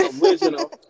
original